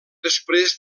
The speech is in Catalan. després